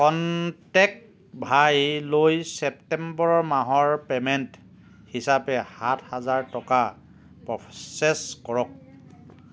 contact ভাইলৈ September মাহৰ payment হিচাপে সাত হাজাৰ টকা প্ৰচেছ কৰক